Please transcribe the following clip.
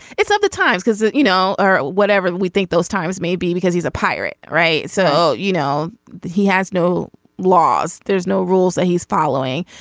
it's not the time because you know or whatever we think those times may be because he's a pirate. right. so you know he has no laws. there's no rules that he's following.